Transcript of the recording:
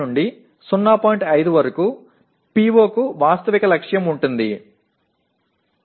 5 வரை ஒரு PO க்கு ஒரு யதார்த்தமான இலக்காக இருக்கலாம்